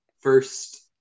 First